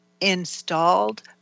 installed